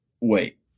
Wait